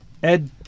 Ed